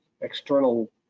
external